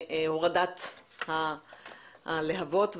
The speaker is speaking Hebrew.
בהורדת הלהבות,